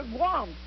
Guam